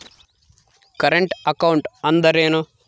Current account ಅಂದರೇನು?